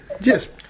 Yes